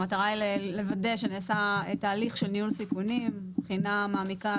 והמטרה היא לוודא שנעשה תהליך של ניהול סיכונים מבחינה מעמיקה,